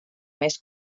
més